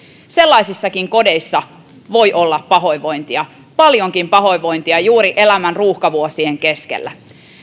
sellaisissakin kodeissa voi olla pahoinvointia paljonkin pahoinvointia juuri elämän ruuhkavuosien keskellä